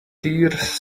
tears